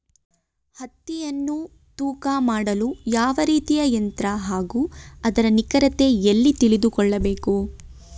ಹತ್ತಿಯನ್ನು ತೂಕ ಮಾಡಲು ಯಾವ ರೀತಿಯ ಯಂತ್ರ ಹಾಗೂ ಅದರ ನಿಖರತೆ ಎಲ್ಲಿ ತಿಳಿದುಕೊಳ್ಳಬೇಕು?